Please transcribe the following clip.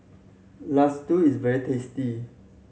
laddu is very tasty